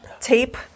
tape